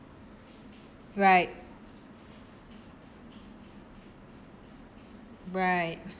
right right